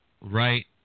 Right